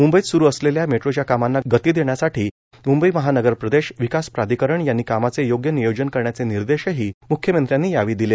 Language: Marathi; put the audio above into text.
मुंबईत सुरु असलेल्या मेट्रोच्या कामांना गती देण्यासाठी मुंबई महानगर प्रदेश विकास प्राधिकरण यांनी कामाचे योग्य नियोजन करण्याचे निर्देशही म्ख्यमंत्र्यांनी यावेळी दिले